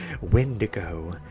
Wendigo